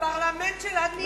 לפרלמנט של הנייה.